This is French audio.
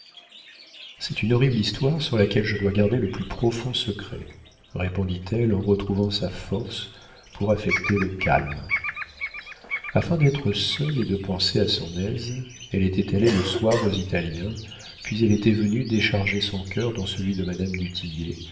c'est une horrible histoire sur laquelle je dois garder le plus profond secret répondit-elle en retrouvant sa force pour affecter le calme afin d'être seule et de penser à son aise elle était allée le soir aux italiens puis elle était venue décharger son cœur dans celui de madame